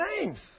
names